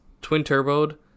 twin-turboed